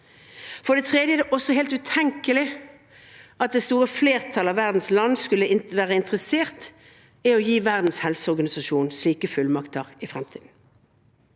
For det tredje er det også helt utenkelig at det store flertallet av verdens land skulle være interessert i å gi Verdens helseorganisasjon slike fullmakter i fremtiden.